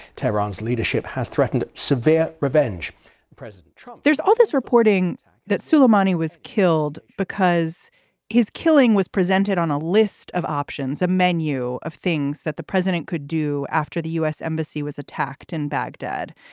tehran's leadership has threatened severe revenge president trump, there's all this reporting that suleimani was killed because his killing was presented on a list of options, a menu of things that the president could do after the u s. embassy was attacked in baghdad.